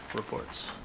reports.